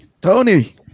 Tony